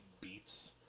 beats